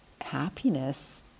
happiness